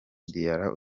diarra